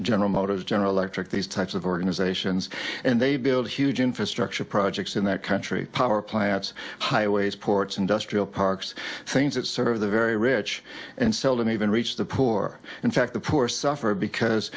general motors general electric these types of organizations and they build huge infrastructure projects in that country power plants highways ports industrial parks things that serve the very rich and seldom even reach the poor in fact the poor suffer because